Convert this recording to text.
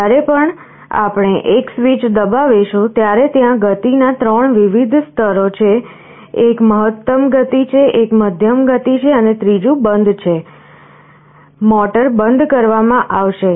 જ્યારે પણ આપણે એક સ્વીચ દબાવીશું ત્યારે ત્યાં ગતિના ત્રણ વિવિધ સ્તરો છે એક મહત્તમ ગતિ છે એક મધ્યમ ગતિ છે અને ત્રીજું બંધ છે મોટર બંધ કરવામાં આવશે